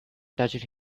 touched